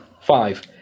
Five